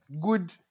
good